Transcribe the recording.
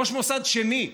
ראש מוסד שני כבר,